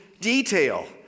detail